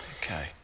Okay